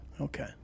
Okay